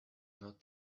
not